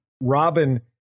Robin